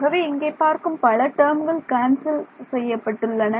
ஆகவே இங்கே பார்க்கும் பல டேர்ம்கள் கேன்சல் செய்யப்பட்டுள்ளன